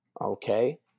Okay